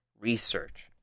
research